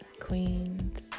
queens